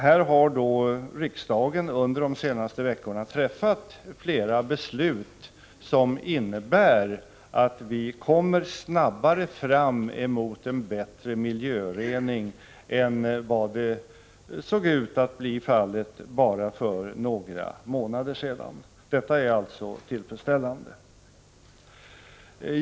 Här har riksdagen under de senaste veckorna fattat flera beslut som innebär att vi kommer snabbare fram emot en bättre miljörening än vad som såg ut att bli fallet för bara några månader sedan. Detta är alltså tillfredsställande.